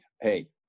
hey